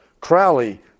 Crowley